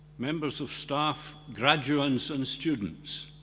members of staff, graduands and students,